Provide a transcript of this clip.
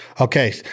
Okay